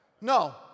No